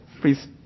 please